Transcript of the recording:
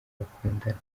bakundana